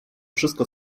wszystko